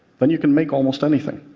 then you can make almost anything.